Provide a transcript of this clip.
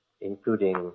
including